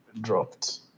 dropped